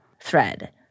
thread